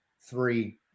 Three